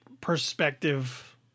perspective